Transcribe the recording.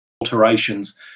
alterations